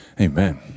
Amen